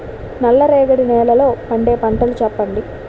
నల్ల రేగడి నెలలో పండే పంటలు చెప్పండి?